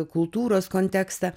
kultūros kontekstą